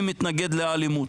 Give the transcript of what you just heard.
אני מתנגד לאלימות.